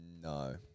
No